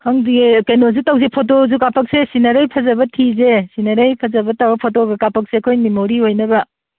ꯈꯪꯗꯤꯌꯦ ꯀꯩꯅꯣꯁꯨ ꯇꯧꯁꯦ ꯐꯣꯇꯣꯁꯨ ꯀꯥꯞꯄꯛꯁꯦ ꯁꯤꯅꯔꯩ ꯐꯖꯕ ꯊꯤꯁꯦ ꯁꯤꯅꯔꯩ ꯐꯖꯕ ꯇꯧꯔꯒ ꯐꯣꯇꯣꯒ ꯀꯥꯞꯄꯛꯁꯦ ꯑꯩꯈꯣꯏ ꯅꯤꯃꯣꯔꯤ ꯑꯣꯏꯅꯕ